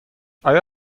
آیا